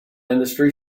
industry